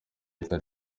leta